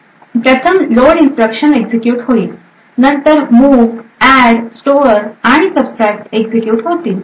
तर प्रथम load instruction execute होईल नंतर मुव ऍड स्टोअर आणि सबट्रॅक्ट एक्झिक्युट होतील